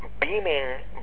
beaming